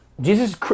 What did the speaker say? Jesus